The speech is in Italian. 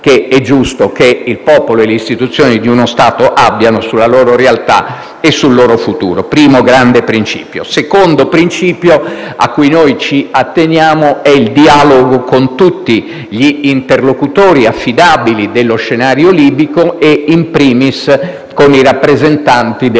che è giusto che il popolo e le istituzioni di uno Stato abbiano sulla loro realtà e sul loro futuro. Questo è il primo grande principio. Il secondo principio a cui ci atteniamo è quello del dialogo con tutti gli interlocutori affidabili dello scenario libico e *in primis* con i rappresentanti del